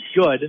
good